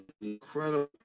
Incredible